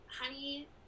honey